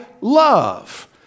love